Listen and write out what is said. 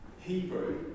Hebrew